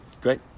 Great